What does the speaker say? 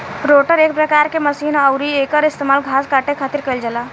rotor एक प्रकार के मशीन ह अउरी एकर इस्तेमाल घास काटे खातिर कईल जाला